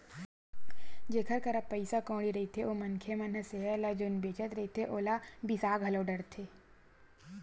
जेखर करा पइसा कउड़ी रहिथे ओ मनखे मन ह सेयर ल जउन बेंचत रहिथे ओला बिसा घलो डरथे